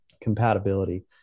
compatibility